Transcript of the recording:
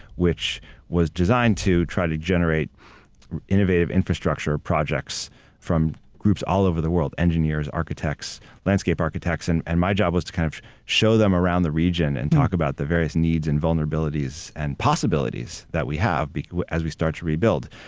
which was designed to try to generate innovative infrastructure projects from groups all over the world engineers, architects, landscape architects. and and my job was to kind of show them around the region and talk about the various needs and vulnerabilities and possibilities that we have but as we start to rebuild.